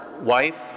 wife